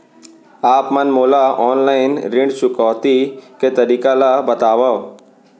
आप मन मोला ऑनलाइन ऋण चुकौती के तरीका ल बतावव?